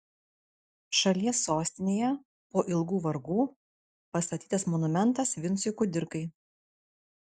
šalies sostinėje po ilgų vargų pastatytas monumentas vincui kudirkai